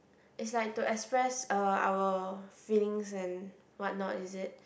is like to express uh our feelings in what note is it